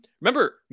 Remember